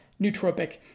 Nootropic